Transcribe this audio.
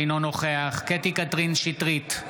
אינו נוכח קטי קטרין שטרית,